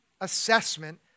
assessment